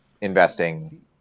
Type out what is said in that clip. investing